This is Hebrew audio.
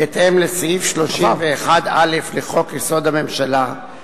בהתאם לסעיף 31(א) לחוק-יסוד: הממשלה,